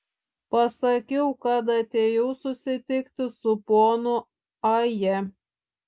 pasakiau kad atėjau susitikti su ponu aja